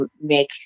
make